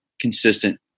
consistent